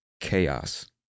chaos